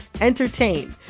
entertain